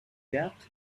that